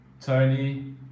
Tony